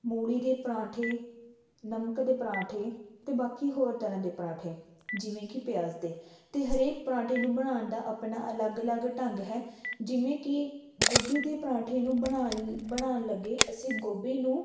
ਮੂਲੀ ਦੇ ਪਰਾਂਠੇ ਨਮਕ ਦੇ ਪਰਾਂਠੇ ਅਤੇ ਬਾਕੀ ਹੋਰ ਤਰ੍ਹਾਂ ਦੇ ਪਰਾਂਠੇ ਜਿਵੇਂ ਕਿ ਪਿਆਜ਼ ਦੇ ਅਤੇ ਹਰੇਕ ਪਰਾਂਠੇ ਨੂੰ ਬਣਾਉਣ ਦਾ ਆਪਣਾ ਅਲੱਗ ਅਲੱਗ ਢੰਗ ਹੈ ਜਿਵੇਂ ਕਿ ਗੋਭੀ ਦੇ ਪਰਾਂਠੇ ਨੂੰ ਬਣਾਉਣ ਬਣਾਉਣ ਲੱਗੇ ਅਸੀਂ ਗੋਭੀ ਨੂੰ